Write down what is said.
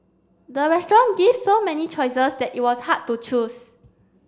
the restaurant give so many choices that it was hard to choose